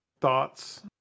thoughts